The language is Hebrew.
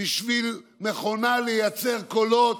בשביל מכונה לייצר קולות.